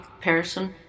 person